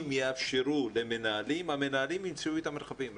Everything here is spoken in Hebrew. אם יאפשרו למנהלים, המנהלים ימצאו את המרחבים.